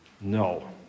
No